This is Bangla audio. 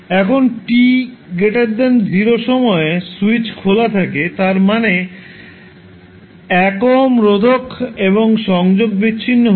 এখন t0 সময়ে স্যুইচ খোলা থাকে তার মানে 1 ওহম রোধক এখন সংযোগ বিচ্ছিন্ন হয়েছে